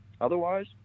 Otherwise